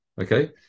okay